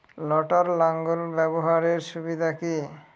লটার লাঙ্গল ব্যবহারের সুবিধা কি?